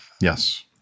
Yes